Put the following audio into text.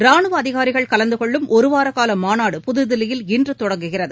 ராணுவ அதிகாரிகள் கலந்து கொள்ளும் ஒருவாரகால மாநாடு புதுதில்லியில் இன்று தொடங்குகிறது